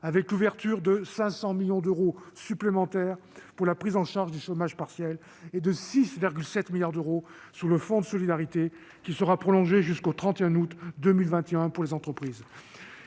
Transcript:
des crédits de 500 millions d'euros supplémentaires pour la prise en charge du chômage partiel, et de 6,7 milliards d'euros au bénéfice du fonds de solidarité, qui sera prolongé jusqu'au 31 août 2021 pour les entreprises.